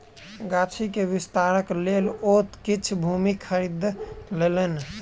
गाछी के विस्तारक लेल ओ किछ भूमि खरीद लेलैन